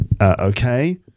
Okay